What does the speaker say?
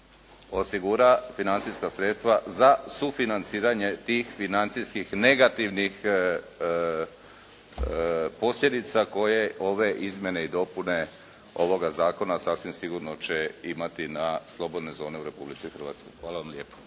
osigura financijska sredstva za sufinanciranje tih financijskih negativnih posljedica koje ove izmjene i dopune ovoga zakona sasvim sigurno će imati na slobodne zone u Republici Hrvatskoj. Hvala lijepo.